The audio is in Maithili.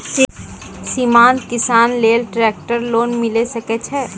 सीमांत किसान लेल ट्रेक्टर लोन मिलै सकय छै?